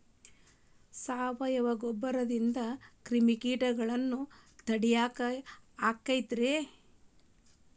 ಸಾವಯವ ಗೊಬ್ಬರದಿಂದ ಕ್ರಿಮಿಕೇಟಗೊಳ್ನ ತಡಿಯಾಕ ಆಕ್ಕೆತಿ ರೇ?